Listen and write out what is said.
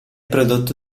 prodotto